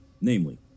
Namely